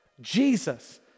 Jesus